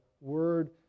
word